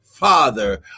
Father